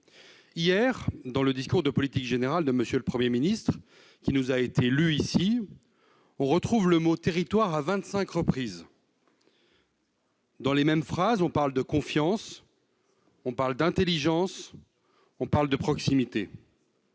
Dans le discours de politique générale de M. le Premier ministre qui nous a été lu hier, on retrouve le mot « territoire » à vingt-cinq reprises. Dans les mêmes phrases, on parle de « confiance », on parle d'« intelligence », on parle de « proximité